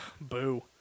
boo